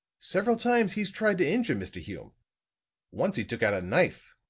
several times he's tried to injure mr. hume once he took out a knife.